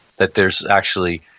that there's actually,